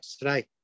today